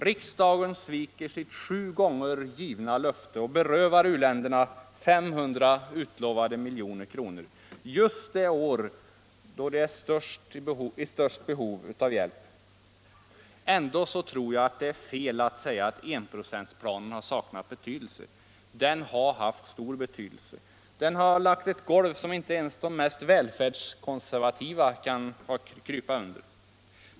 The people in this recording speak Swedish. Riksdagen sviker sitt sju gånger givna löfte och berövar u-länderna utlovade 500 milj.kr., just det år då de länderna är i störst behov av hjälp. Ändå tror jag det är fel att säga att enprocentsplanen har saknat betydelse. Den har haft stor betydelse. Den har lagt ett golv som inte ens de mest välfärdskonservativa kunnat krypa under.